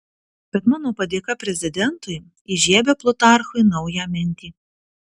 bet mano padėka prezidentui įžiebia plutarchui naują mintį